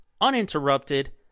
uninterrupted